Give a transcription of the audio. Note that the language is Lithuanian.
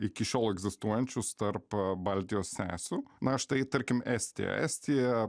iki šiol egzistuojančius tarp baltijos sesių na štai tarkim estija estija